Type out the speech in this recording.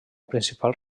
principal